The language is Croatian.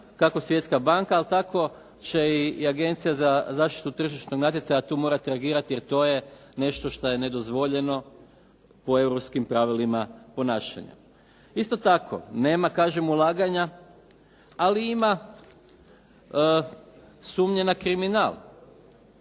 kako Svjetska banka, ali tako će i Agencija za zaštitu tržišnog natjecanja tu morati reagirati, jer to je nešto što je nedozvoljeno po europskim pravilima ponašanja. Isto tako, nema kažem ulaganja ali ima sumnje na kriminal.